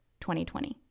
2020